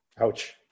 Ouch